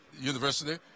University